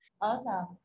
Awesome